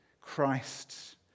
Christ